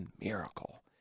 miracle